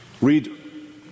Read